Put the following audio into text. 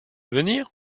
venir